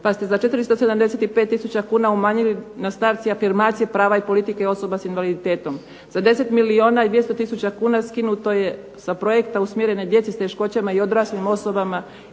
pa ste za 475 tisuća kuna umanjili na stavci afirmacije prava i politike osoba s invaliditetom, za 10 milijuna i 200 tisuća kuna skinuto je sa projekta usmjeren na djece s teškoćama i odraslim osobama